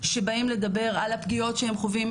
שבאים לדבר על הפגיעות שהם חווים,